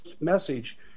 message